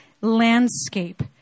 landscape